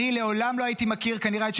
כנראה שאני לעולם לא הייתי מכיר את המגזר החרדי,